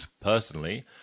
personally